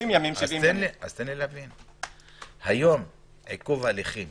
היום עיכוב הליכים